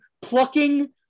plucking